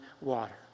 water